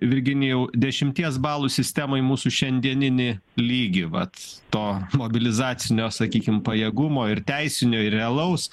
virginijau dešimties balų sistemoj mūsų šiandieninį lygį vat to mobilizacinio sakykim pajėgumo ir teisinio ir realaus